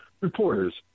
Reporters